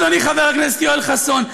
אדוני חבר הכנסת יואל חסון,